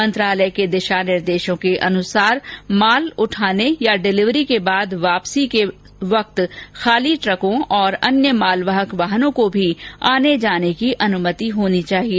मंत्रालय के दिशा निर्देशों के अनुसार माल उठाने अथवा डिलीवरी के बाद वापसी के समय खाली ट्रकों और अन्य मालवाहक वाहनों को भी आने जाने की अनुमति होनी चाहिए